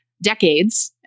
decades